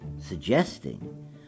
suggesting